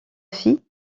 fille